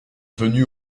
venus